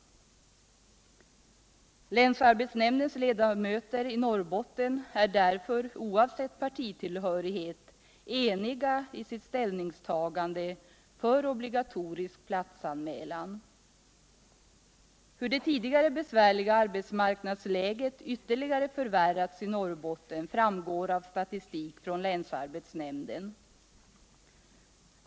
Länsarbetsnämndens ledamöter i Norrbotten är därför, oavsett partitillhörighet, enhälliga i sitt ställningstagande för obligatorisk platsanmälan. Hur det tidigare besvärliga arbetsläget ytterligare förvärrats i Norrbotten framgår av statistik från länsarbetsnämnden.